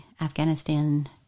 Afghanistan